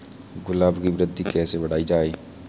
गुलाब की वृद्धि कैसे बढ़ाई जाए?